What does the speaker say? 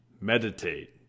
meditate